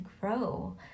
grow